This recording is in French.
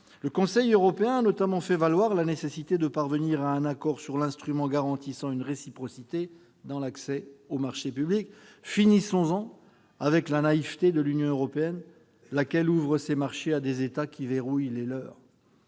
Le Conseil européen a notamment fait valoir la nécessité de parvenir à un accord sur l'instrument garantissant une réciprocité dans l'accès aux marchés publics : finissons-en avec la naïveté de l'Union européenne, laquelle ouvre ses marchés à des États qui verrouillent les leurs